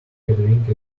drink